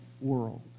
world